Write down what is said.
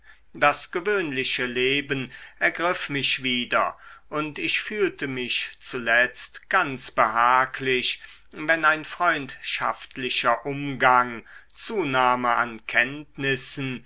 das gewöhnliche leben ergriff mich wieder und ich fühlte mich zuletzt ganz behaglich wenn ein freundschaftlicher umgang zunahme an kenntnissen